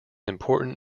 important